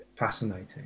fascinating